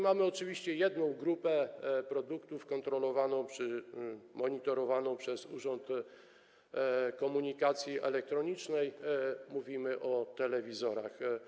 Mamy też jedną grupę produktów kontrolowaną czy monitorowaną przez Urząd Komunikacji Elektronicznej - mówimy o telewizorach.